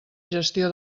gestió